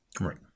Right